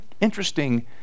interesting